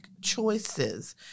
choices